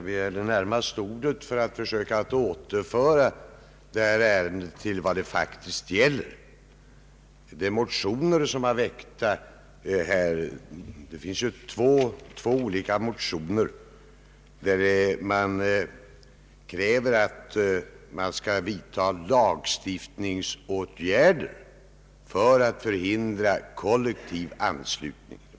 Herr talman! Jag begärde ordet närmast för att söka återföra diskussionen till vad ärendet faktiskt gäller. I de motioner som utskottet har be handlat krävs lagstiftningsåtgärder för att hindra kollektivanslutning.